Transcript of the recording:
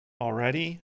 already